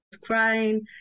crying